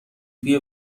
توی